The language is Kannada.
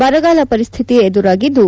ಬರಗಾಲ ಪರಿಸ್ಡಿತಿ ಎದುರಾಗಿದ್ದು